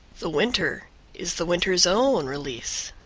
the winter is the winter's own release.